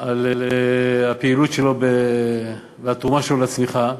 על הפעילות שלו והתרומה שלו לצמיחה,